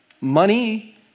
Money